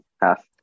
half